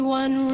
one